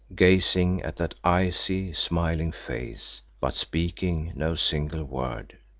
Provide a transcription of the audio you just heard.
gazing at that icy, smiling face, but speaking no single word.